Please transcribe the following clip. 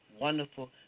wonderful